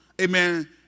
amen